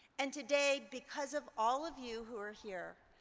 and today, because of all of you who are here,